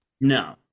No